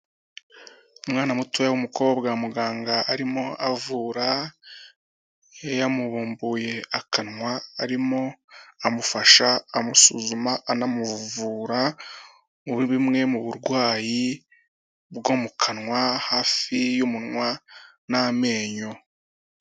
Umwana mutoya w'umukobwa muganga arimo avura yamubumbuye akanwa, arimo amufasha amusuzuma anamuvura bumwe mu burwayi bwo mu kanwa hafi y'umunwa n'amenyo.